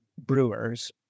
Brewers